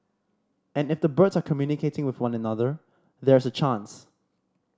and if the birds are communicating with one another there's a chance